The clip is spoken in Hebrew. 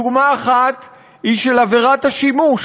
דוגמה אחת היא של עבירת השימוש